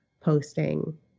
posting